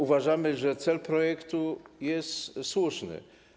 Uważamy, że cel projektu jest słuszny.